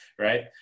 Right